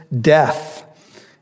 death